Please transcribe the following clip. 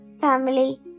family